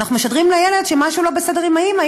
אנחנו משדרים לילד שמשהו לא בסדר עם האימא.